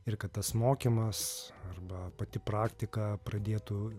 ir kad tas mokymas arba pati praktika pradėtų